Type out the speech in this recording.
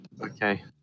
Okay